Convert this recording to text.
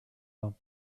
vingt